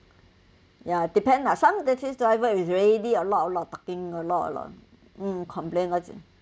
ya depends lah some taxi's driver is really a lot a lot talking a lot a lot mm complain lor in